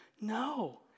No